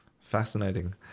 fascinating